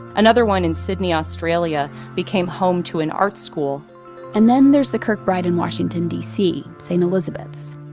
another one in sydney, australia became home to an art school and then there's the kirkbride in washington, d c, st. elizabeth's.